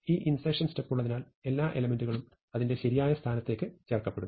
ഈ ഇൻസെർഷൻ സ്റ്റെപ്പുള്ളതിനാൽ എല്ലാ എലെമെന്റ്കളും അതിന്റെ ശരിയായ സ്ഥലത്തേക്ക് ചേർക്കപ്പെടുന്നു